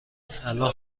الان